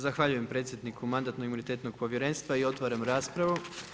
Zahvaljujem predsjedniku Mandatno-imunitetnog povjerenstva i otvaram raspravu.